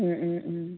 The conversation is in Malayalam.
മ് മ് മ്